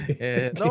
No